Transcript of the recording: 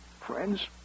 Friends